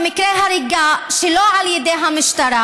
במקרה של הריגה שלא על ידי המשטרה,